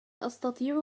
أستطيع